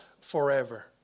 forever